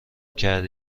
کردی